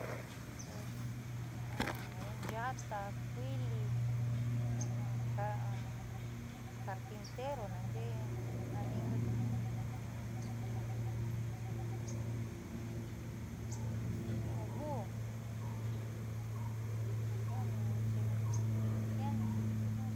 Pues ada'aña nya'ata kuiili carpintero na'axee nani ingaka jiaa búho jiaani kuya xiini.